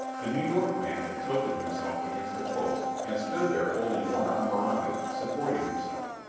the new york man had tilted himself against a post and stood there holding one arm around it, supporting himself.